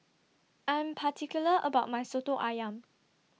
I Am particular about My Soto Ayam